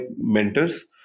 mentors